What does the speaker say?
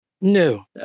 No